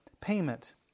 payment